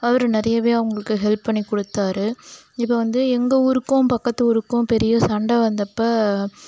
அவரு நிறையவே அவங்களுக்கு ஹெல்ப் பண்ணி கொடுத்தாரு இப்போ வந்து எங்கள் ஊருக்கும் பக்கத்து ஊருக்கும் பெரிய சண்டை வந்தப்போ